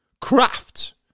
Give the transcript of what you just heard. craft